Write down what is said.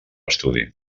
estudi